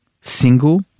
single